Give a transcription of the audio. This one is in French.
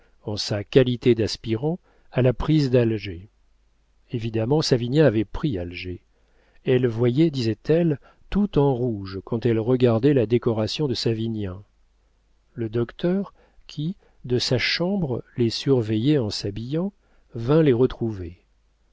en sa qualité d'aspirant à la prise d'alger évidemment savinien avait pris alger elle voyait disait-elle tout en rouge quand elle regardait la décoration de savinien le docteur qui de sa chambre les surveillait en s'habillant vint les retrouver